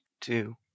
two